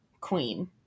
Queen